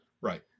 Right